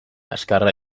azkarra